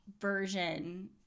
version